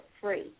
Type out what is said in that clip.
free